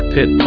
Pit